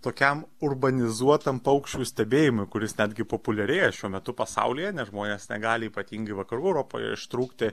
tokiam urbanizuotam paukščių stebėjimui kuris netgi populiarėja šiuo metu pasaulyje nes žmonės negali ypatingai vakarų europoje ištrūkti